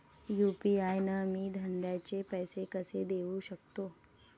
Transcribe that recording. UPI न मी धंद्याचे पैसे कसे देऊ सकतो?